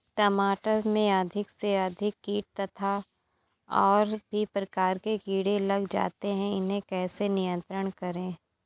टमाटर में अधिक से अधिक कीट तथा और भी प्रकार के कीड़े लग जाते हैं इन्हें कैसे नियंत्रण करें?